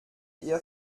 ihr